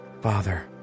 father